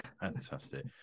Fantastic